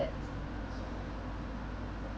that